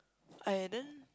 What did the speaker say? I didn't